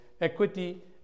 equity